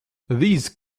these